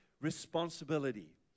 responsibility